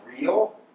real